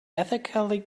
ethically